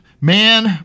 man